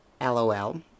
L-O-L